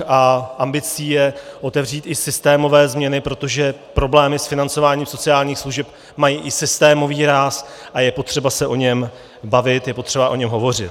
A ambicí je otevřít i systémové změny, protože problémy s financováním sociálních služeb mají i systémový ráz a je potřeba se o něm bavit, je potřeba o něm hovořit.